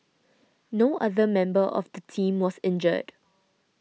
no other member of the team was injured